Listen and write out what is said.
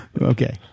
Okay